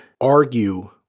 argue